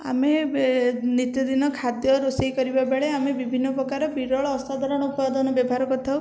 ଆମେ ବେ ନିତ୍ୟଦିନ ଖାଦ୍ୟ ରୋଷେଇ କରିବା ବେଳେ ଆମେ ବିଭିନ୍ନ ପ୍ରକାର ବିରଳ ଅସାଧାରଣ ଉପାଦାନ ବ୍ୟବହାର କରିଥାଉ